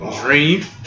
Dream